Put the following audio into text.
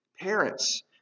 Parents